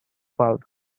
valve